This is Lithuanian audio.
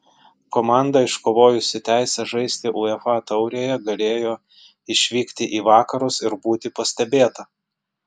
komanda iškovojusi teisę žaisti uefa taurėje galėjo išvykti į vakarus ir būti pastebėta